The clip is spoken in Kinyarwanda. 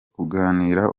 kuganira